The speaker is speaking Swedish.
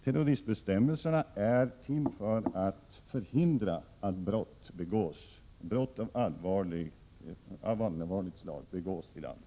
Terroristbestämmelserna är till för att förhindra att brott av allmänfarligt slag begås i landet.